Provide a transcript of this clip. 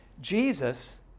Jesus